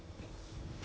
to go and take lor